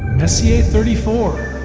messier thirty four